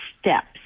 steps